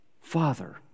Father